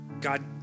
God